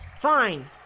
Fine